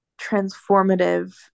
transformative